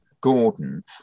Gordon